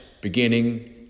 beginning